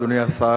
אדוני השר,